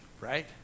right